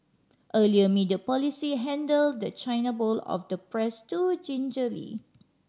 earlier media policy handle the China bowl of the press too gingerly